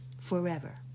forever